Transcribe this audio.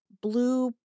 blue